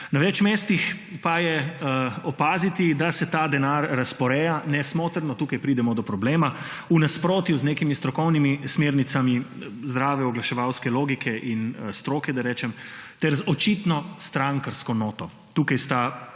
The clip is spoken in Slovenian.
Na več mestih pa je opaziti, da se ta denar razporeja nesmotrno – tukaj pridemo do problema –, v nasprotju z nekimi strokovnimi smernicami zdrave oglaševalske logike in stroke, da rečem, ter z očitno strankarsko noto. Tukaj sta